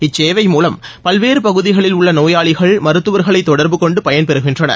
இச்சேவை மூலம் பல்வேறு பகுதிகளில் உள்ள நோயாளிகள் மருத்துவர்களை தொடர்பு கொண்டு பயன்பெறுகின்றனர்